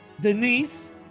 Denise